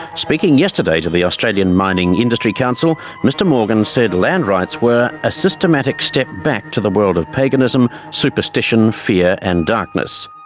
speaking yesterday to the australian mining industry council mr morgan said land rights were a systematic step back to the world of paganism, superstition, fear and darkness.